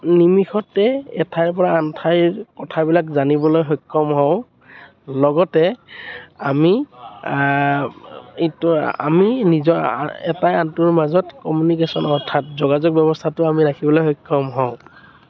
নিমিষতে এঠাইৰ পৰা আন ঠাইৰ কথাবিলাক জানিবলৈ সক্ষম হওঁ লগতে আমি এইটো আমি নিজৰ এটা আনটোৰ মাজত কমিউনিকেচন অৰ্থাৎ যোগাযোগ ব্য়ৱস্থাটো আমি ৰাখিবলৈ সক্ষম হওঁ